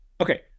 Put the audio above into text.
okay